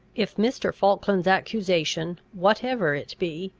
if mr. falkland's accusation, whatever it be,